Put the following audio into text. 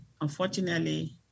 Unfortunately